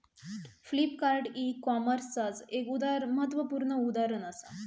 Flipkart e कॉमर्सचाच एक महत्वपूर्ण उदाहरण असा